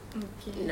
okay